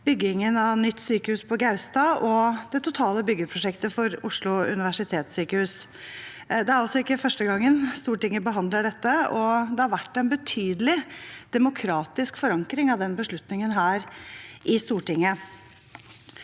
byggingen av nytt sykehus på Gaustad og det totale byggeprosjektet for Oslo universitetssykehus. Det er altså ikke første gang Stortinget behandler dette, og det har vært en betydelig demokratisk forankring av den beslutningen her i Stortinget.